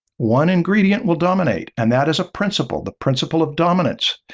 one ingredient will dominate and that is a principle the principle of dominance,